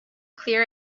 clear